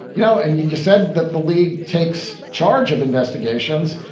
you know. and you you said. that the league takes charge of investigations.